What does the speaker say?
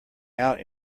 out